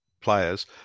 players